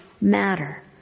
matter